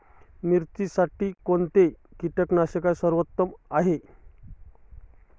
मिरचीसाठी कोणते कीटकनाशके सर्वोत्तम आहे?